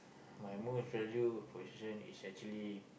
my valued possession is actually